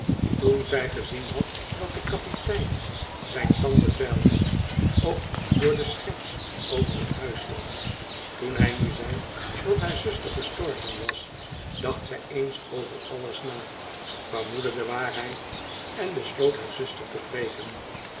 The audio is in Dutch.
toen zij gezien had dat de kapitein zijn tanden vijlde ook door de scherts over t huislam toen hij nu zei dat haar zuster gestorven was dacht zij eens over alles na vermoedde de waarheid en besloot haar zuster te